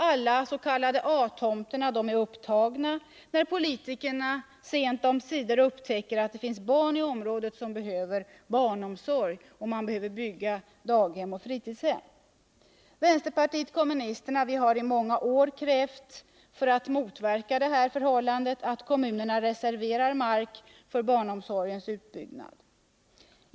Alla s.k. A-tomter är upptagna när politikerna sent omsider upptäcker att det finns barn i området som behöver barnomsorg och att man behöver bygga daghem och fritidshem. Vänsterpartiet kommunisterna har i många år för att motverka detta förhållande krävt att kommunerna reserverar mark för barnomsorgens utbyggnad.